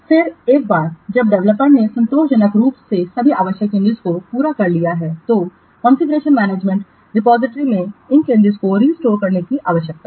फिर एक बार जब डेवलपर ने संतोषजनक रूप से सभी आवश्यक चेंजिंसों को पूरा कर लिया है तो कॉन्फ़िगरेशन मैनेजमेंट रिपोजिटरी में इन चेंजिंसों को रिस्टोर करने की आवश्यकता है